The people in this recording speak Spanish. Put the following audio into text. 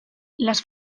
las